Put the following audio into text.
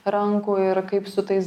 rankų ir kaip su tais